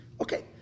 Okay